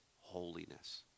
holiness